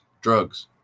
drugs